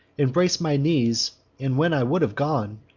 embrac'd my knees, and, when i would have gone,